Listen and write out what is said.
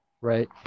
right